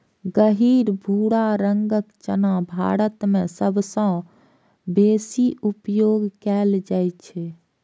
गहींर भूरा रंगक चना भारत मे सबसं बेसी उपयोग कैल जाइ छै